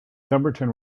dumbarton